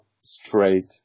straight